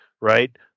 right